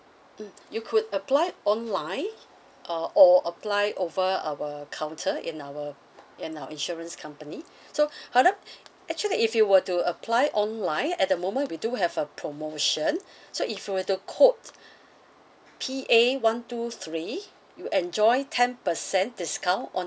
mm you could apply online uh or apply over our counter in our in our insurance company so however actually if you were to apply online at the moment we do have a promotion so if you were to quote P A one two three you enjoy ten percent discount on